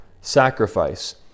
sacrifice